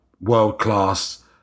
world-class